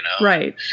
Right